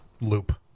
loop